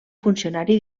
funcionari